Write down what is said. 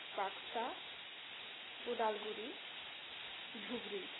Baksa Udalguri Dhubri